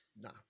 No